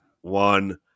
one